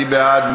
מי בעד?